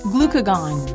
Glucagon